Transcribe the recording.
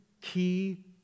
key